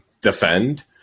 defend